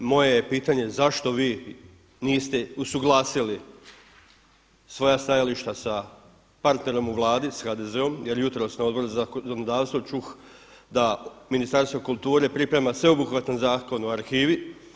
Moje je pitanje zašto vi niste usuglasili svoja stajališta sa partnerom u Vladi sa HDZ-om jer jutros na Odboru za zakonodavstvo čuh da Ministarstvo kulture priprema sveobuhvatan Zakon o arhivi.